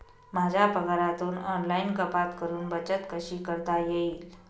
माझ्या पगारातून ऑनलाइन कपात करुन बचत कशी करता येईल?